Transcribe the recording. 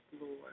Lord